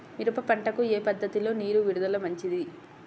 మిరప పంటకు ఏ పద్ధతిలో నీరు విడుదల మంచిది?